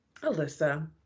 Alyssa